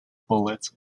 bullet